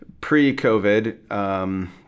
pre-COVID